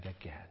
again